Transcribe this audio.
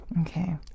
Okay